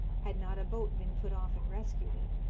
had not a boat been put off and rescued it.